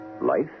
life